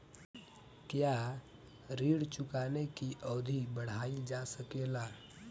क्या ऋण चुकाने की अवधि बढ़ाईल जा सकेला?